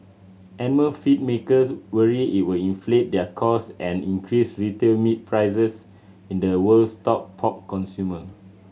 animal feed makers worry it will inflate their cost and increase retail meat prices in the world's top pork consumer